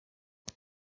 ibi